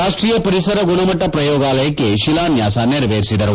ರಾಷ್ಲೀಯ ಪರಿಸರ ಗುಣಮಟ್ಟ ಶ್ರಯೋಗಾಲಯಕ್ಕೆ ಶಿಲಾನ್ಸಾಸ ನೆರವೇರಿಸಿದರು